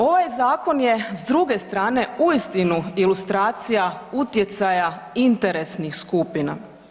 Ovaj zakon je s druge strane uistinu ilustracija utjecaja interesnih skupina.